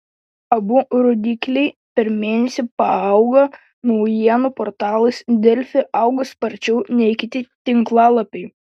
abu rodikliai per mėnesį paaugo naujienų portalas delfi augo sparčiau nei kiti tinklalapiai